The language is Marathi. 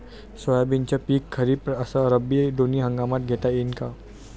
सोयाबीनचं पिक खरीप अस रब्बी दोनी हंगामात घेता येईन का?